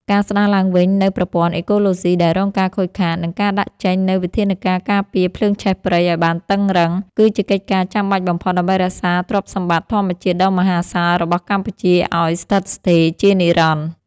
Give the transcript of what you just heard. ការស្ដារឡើងវិញនូវប្រព័ន្ធអេកូឡូស៊ីដែលរងការខូចខាត និងការដាក់ចេញនូវវិធានការការពារភ្លើងឆេះព្រៃឱ្យបានតឹងរ៉ឹង គឺជាកិច្ចការចាំបាច់បំផុតដើម្បីរក្សាទ្រព្យសម្បត្តិធម្មជាតិដ៏មហាសាលរបស់កម្ពុជាឱ្យស្ថិតស្ថេរជានិរន្តរ៍។